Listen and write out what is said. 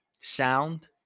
sound